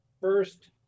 First